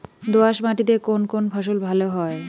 দোঁয়াশ মাটিতে কোন কোন ফসল ভালো হয়?